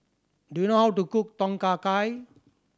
do you know how to cook Tom Kha Gai